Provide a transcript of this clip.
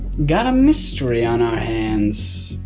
got a mystery on our hands.